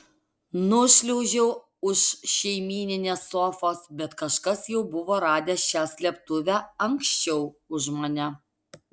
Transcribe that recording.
nušliaužiau už šeimyninės sofos bet kažkas jau buvo radęs šią slėptuvę anksčiau už mane